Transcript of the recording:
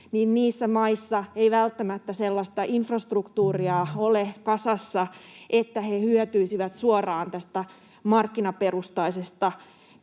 niissä maissa ei välttämättä sellaista infrastruktuuria ole kasassa, että he hyötyisivät suoraan tästä markkinaperustaisesta